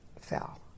fell